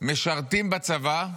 משרתים בצבא,